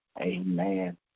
Amen